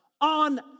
on